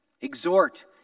exhort